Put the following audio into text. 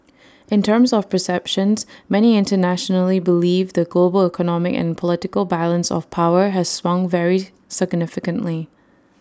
in terms of perceptions many internationally believe the global economic and political balance of power has swung very significantly